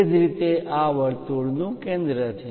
એ જ રીતે આ વર્તુળનું કેન્દ્ર છે